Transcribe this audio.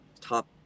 top